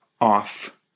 off